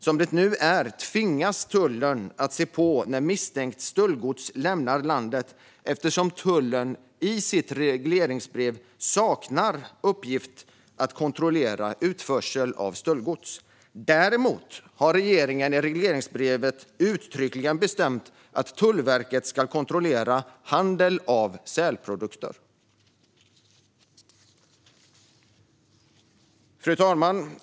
Som det nu är tvingas tullen att se på när misstänkt stöldgods lämnar landet eftersom tullen i sitt regleringsbrev saknar uppgiften att kontrollera utförsel av stöldgods. Däremot har regeringen i regleringsbrevet uttryckligen bestämt att Tullverket ska kontrollera handel med sälprodukter. Fru talman!